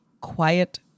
quiet